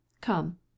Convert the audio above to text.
Come